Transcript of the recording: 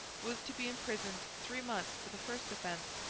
was to be imprisoned three months for the first offence,